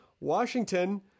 Washington